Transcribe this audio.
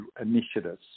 initiatives